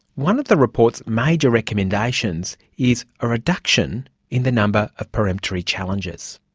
one of the report's major recommendation is a reduction in the number of pre-emptory challenges.